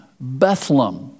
Bethlehem